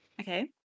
Okay